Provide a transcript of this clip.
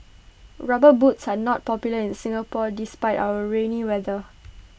rubber boots are not popular in Singapore despite our rainy weather